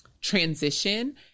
transition